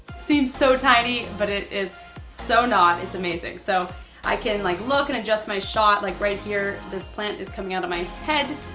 seems so tiny but it is so not, it's amazing. so i can like look and adjust my shot like right here, this plant is coming out of my head,